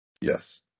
Yes